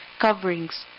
coverings